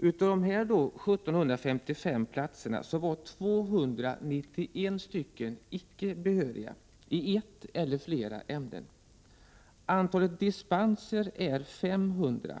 dessa 1 755 platser var 291 besatta med icke behöriga i ett eller flera ämnen. Antalet dispenser är 500.